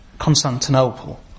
Constantinople